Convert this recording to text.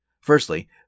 Firstly